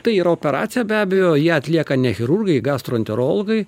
tai yra operacija be abejo ją atlieka ne chirurgai gastroenterologai